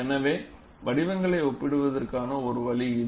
எனவே வடிவங்களை ஒப்பிடுவதற்கான ஒரு வழி இது